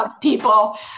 people